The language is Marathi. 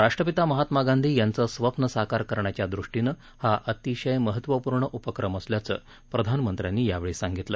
राष्ट्रपिता महात्मा गांधी यांचं स्वप्न साकार करण्याच्या दृष्टीनं हा अतिशय महत्वपूर्ण उपक्रम असल्याचं प्रधानमंत्र्यांनी यावेळी सांगितलं